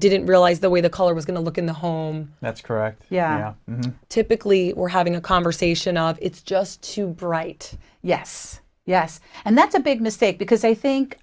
didn't realize the way the color was going to look in the home that's correct yeah typically we're having a conversation of it's just too bright yes yes and that's a big mistake because i think